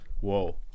Whoa